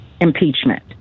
impeachment